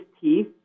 teeth